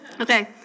Okay